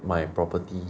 买 property